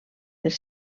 els